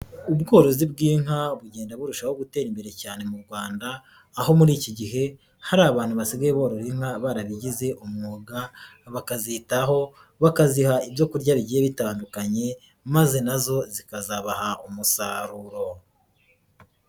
Ubworozi bw'inka bugenda burushaho gutera imbere cyane mu Rwanda, aho muri iki gihe hari abantu basigaye borora inka barabigize umwuga, bakazitaho, bakaziha ibyo kurya bigiye bitandukanye maze na zo zikazabaha umusaruro.